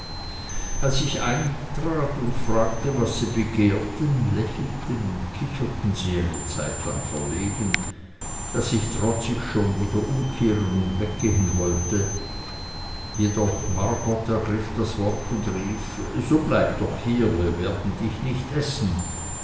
als ich eintrat und fragte was sie begehrten lächelten und kicherten sie eine zeitlang verlegen daß ich trotzig schon wieder umkehren und weggehen wollte jedoch margot ergriff das wort und rief so bleib doch hier wir werden dich nicht essen